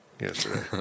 Yesterday